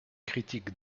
critiques